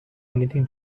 anything